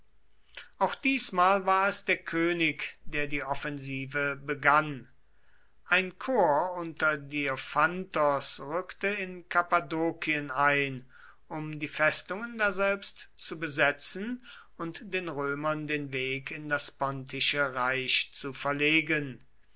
auch diesmal war es der könig der die offensive begann ein korps unter diophantos ruckte in kappadokien ein um die festungen daselbst zu besetzen und den römern den weg in das pontische reich zu verlegen